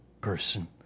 person